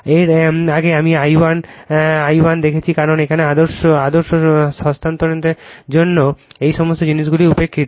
এর আগে আমি I1 I ওয়ান দেখেছি কারণ আদর্শ স্থানান্তরের জন্য এই সমস্ত জিনিসগুলি উপেক্ষিত